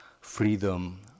freedom